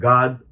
God